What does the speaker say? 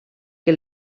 que